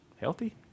healthy